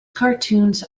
cartoons